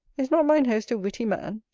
is not mine host a witty man?